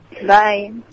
Bye